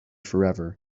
forever